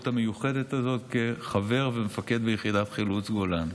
המיוחדת הזאת כחבר ומפקד ביחידת חילוץ גולן.